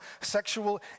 sexual